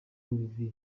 olivier